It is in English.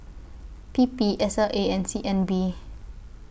P P S L A and C N B